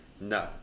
No